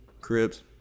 cribs